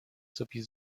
sowie